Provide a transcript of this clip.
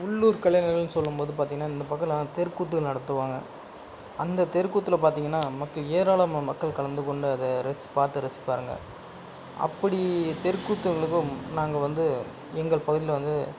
உள்ளூர் கலைகள்ன்னு சொல்லும்போது பார்த்தீங்கன்னா இந்த பக்கம்லாம் தெருக்கூத்து நடத்துவாங்க அந்த தெருக்கூத்தில் பார்த்தீங்கன்னா மக்கள் ஏராளமான மக்கள் கலந்துகொண்டு அதை ரசிச்சு பார்த்து ரசிப்பாங்க அப்படி தெருக்கூத்து எங்களுக்கு நாங்கள் வந்து எங்கள் பகுதியில் வந்து